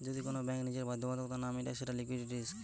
যদি কোন ব্যাঙ্ক নিজের বাধ্যবাধকতা না মিটায় সেটা লিকুইডিটি রিস্ক